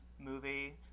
movie